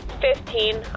Fifteen